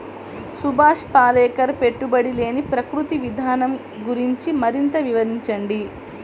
సుభాష్ పాలేకర్ పెట్టుబడి లేని ప్రకృతి విధానం గురించి మరింత వివరించండి